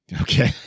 Okay